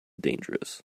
dangerous